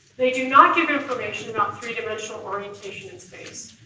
they do not give information about three-dimensional orientation in space.